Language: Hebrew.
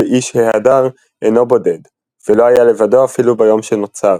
ש"איש ההדר" אינו בודד – ולא היה לבדו אפילו ביום שנוצר